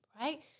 right